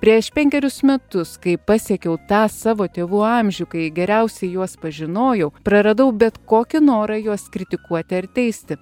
prieš penkerius metus kai pasiekiau tą savo tėvų amžių kai geriausiai juos pažinojau praradau bet kokį norą juos kritikuoti ar teisti